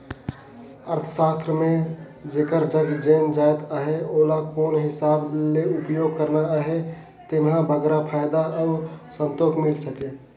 अर्थसास्त्र म जेकर जग जेन जाएत अहे ओला कोन हिसाब ले उपयोग करना अहे जेम्हो बगरा फयदा अउ संतोक मिल सके